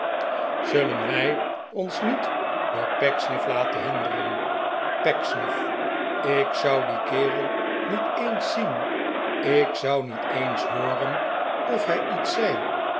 zullen wij ons niet door pecksniff laten hinderen pecksniff ik zou den kerel niet eens zien ik zou niet eens hooren of hij iets zei